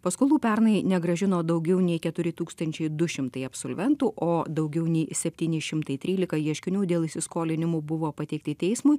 paskolų pernai negrąžino daugiau nei keturi tūkstančiai du šimtai absolventų o daugiau nei septyni šimtai trylika ieškinių dėl įsiskolinimų buvo pateikti teismui